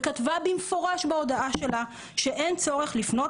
וכתבה במפורש בהודעה שלה שאין צורך לפנות